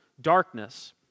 darkness